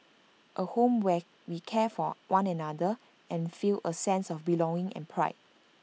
A home where we care for one another and feel A sense of belonging and pride